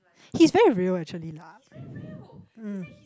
he's very real actually lah